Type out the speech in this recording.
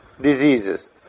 diseases